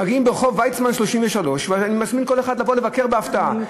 מגיעים לרחוב ויצמן 33. אני מזמין כל אחד לבוא לבקר בהפתעה,